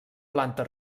planta